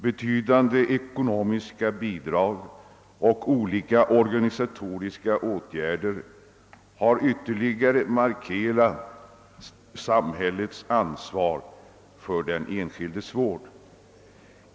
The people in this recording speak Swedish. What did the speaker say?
Betydande ekonomiska bidrag och olika organisatoriska åtgärder har ytterligare markerat samhällets ansvar för den enskildes vård.